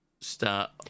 start